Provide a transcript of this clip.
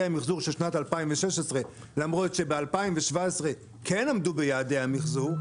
המחזור של שנת 2016 למרות שב-2017 כן עמדו ביעדי המחזור,